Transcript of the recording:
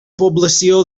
població